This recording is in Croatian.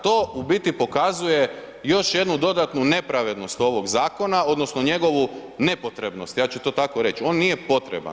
To u biti pokazuje još jednu dodatnu nepravednost ovog zakona odnosno njegovu nepotrebnost ja ću to tako reć, on nije potreban.